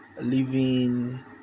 living